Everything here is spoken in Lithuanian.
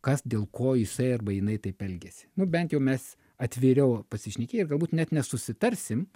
kas dėl ko jisai arba jinai taip elgiasi nu bent jau mes atviriau pasišnekėję ir galbūt net nesusitarsim